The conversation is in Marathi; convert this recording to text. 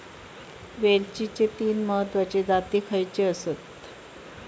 वेलचीचे तीन महत्वाचे जाती खयचे आसत?